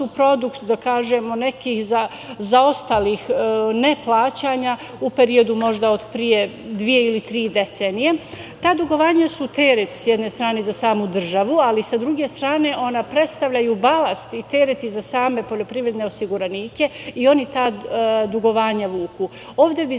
produkt, da kažemo nekih, zaostalih neplaćanja u periodu možda od pre dve ili tri decenije, ta dugovanja su teret sa jedne strane teret za samu državu, ali sa druge strane ona predstavljaju balast i teret za same poljoprivredne osiguranike, i oni ta dugovanja vuku. Ovde bi